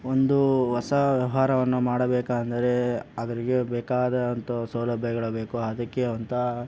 ಒಂದು ಹೊಸ ವ್ಯವಹಾರವನ್ನು ಮಾಡಬೇಕೆಂದ್ರೆ ಅವ್ರಿಗೆ ಬೇಕಾದಂಥ ಸೌಲಭ್ಯಗಳು ಬೇಕು ಅದಕ್ಕೆ ಅಂತ